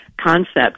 concept